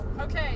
Okay